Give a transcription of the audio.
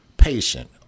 patient